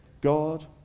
God